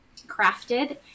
crafted